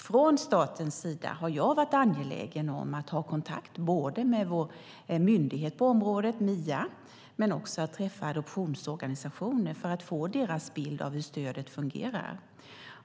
Från statens sida har jag varit angelägen om att både ha kontakt med vår myndighet på området, MIA, och träffa adoptionsorganisationer för att få deras bild av hur stödet fungerar.